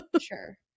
Sure